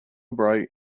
bright